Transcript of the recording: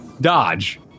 dodge